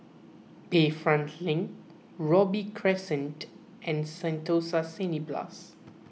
Bayfront Link Robey Crescent and Sentosa Cineblast